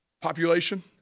population